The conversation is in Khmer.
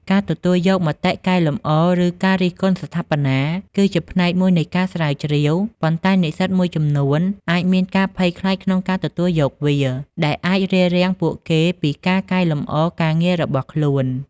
ការទទួលយកមតិកែលម្អ ឬការរិះគន់ស្ថាបនា គឺជាផ្នែកមួយនៃការស្រាវជ្រាវ ប៉ុន្តែនិស្សិតមួយចំនួនអាចមានការភ័យខ្លាចក្នុងការទទួលយកវា ដែលអាចរារាំងពួកគេពីការកែលម្អការងាររបស់ខ្លួន។